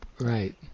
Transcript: Right